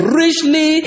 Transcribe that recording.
richly